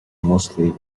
mostly